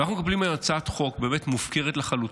אנחנו מקבלים היום הצעת חוק מופקרת לחלוטין,